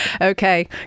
Okay